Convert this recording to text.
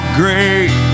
great